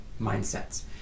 mindsets